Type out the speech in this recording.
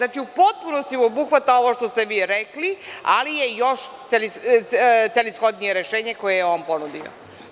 Dakle, u potpunosti obuhvata ovo što ste rekli, ali je još celishodnije rešenje koje je on ponudio.